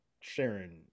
sharon